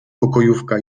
pokojówka